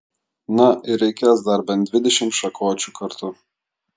na ir reikės dar bent dvidešimt šakočių kartu